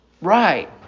Right